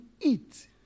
eat